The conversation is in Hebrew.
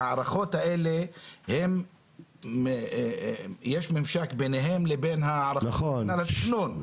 ההערכות האלה יש ממשק בינם לבין הערכות מינהל התכנון.